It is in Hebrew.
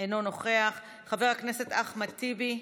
אינו נוכח, חבר הכנסת אחמד טיבי,